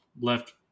left